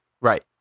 Right